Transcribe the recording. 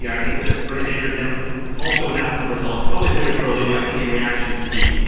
yeah i think bernie sanders and also announce some results probably prematurely but i think in reaction to pete,